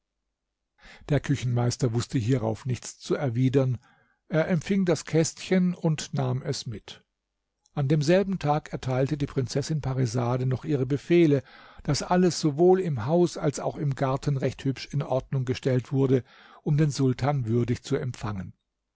der küchenmeister wußte hierauf nichts zu erwidern er empfing das kästchen und nahm es mit an demselben tag erteilte die prinzessin parisade noch ihre befehle daß alles sowohl im haus als auch im garten recht hübsch in ordnung gestellt wurde um den sultan würdig zu empfangen